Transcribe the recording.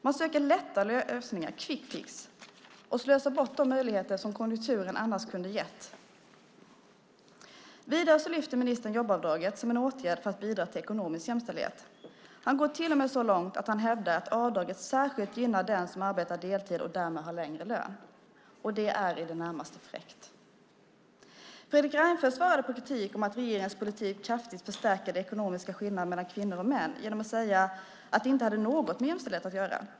Man söker lätta lösningar, quick fix , och slösar bort de möjligheter som konjunkturen annars kunde ha gett. Vidare lyfter ministern fram jobbavdraget som en åtgärd för att bidra till ekonomisk jämställdhet. Han går till och med så långt att han hävdar att avdraget särskilt gynnar den som arbetar deltid och därmed har lägre lön. Det är i det närmaste fräckt. Fredrik Reinfeldt svarade på kritik om att regeringens politik kraftigt förstärker de ekonomiska skillnaderna mellan kvinnor och män genom att säga att det inte hade något med jämställdhet att göra.